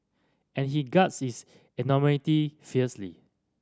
and he guards his anonymity fiercely